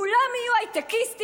כולם יהיו הייטקיסטים,